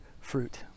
fruit